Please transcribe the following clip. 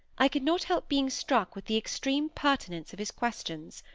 i could not help being struck with the extreme pertinence of his questions.